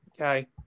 Okay